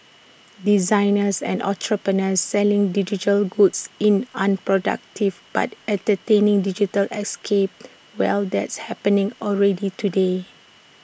designers and entrepreneurs selling digital goods in unproductive but entertaining digital escapes well that's happening already today